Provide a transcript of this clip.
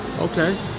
Okay